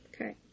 Okay